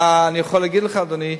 אני יכול להגיד לך, אדוני,